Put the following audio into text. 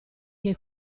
che